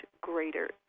greater